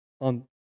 on